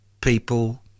people